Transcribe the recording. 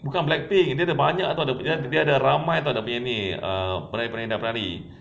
bukan blackpink dia ada banyak [tau] dia ada ramai [tau] dia punya ni uh penari-penari dan penari